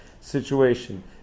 situation